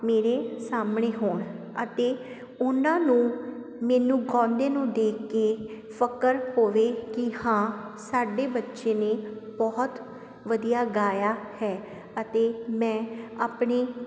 ਮੇਰੇ ਸਾਹਮਣੇ ਹੋਣ ਅਤੇ ਉਹਨਾਂ ਨੂੰ ਮੈਨੂੰ ਗਾਉਂਦੇ ਨੂੰ ਦੇਖ ਕੇ ਫਕਰ ਹੋਵੇ ਕਿ ਹਾਂ ਸਾਡੇ ਬੱਚੇ ਨੇ ਬਹੁਤ ਵਧੀਆ ਗਾਇਆ ਹੈ ਅਤੇ ਮੈਂ ਆਪਣੇ